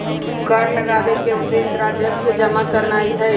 कर लगाबेके उद्देश्य राजस्व जमा करनाइ हइ